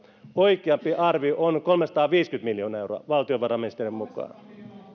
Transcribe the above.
oikeampi arvio on kolmesataaviisikymmentä miljoonaa euroa valtiovarainministeriön mukaan